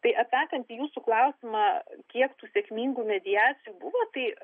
tai atsakant į jūsų klausimą kiek tų sėkmingų mediacijų buvo tai